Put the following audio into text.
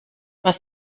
was